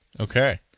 Okay